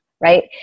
right